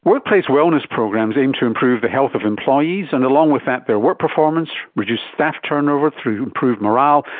workplace wellness programs aim to improve the health of employees and, along with that, their work performance, reduce staff turnover through improved morale,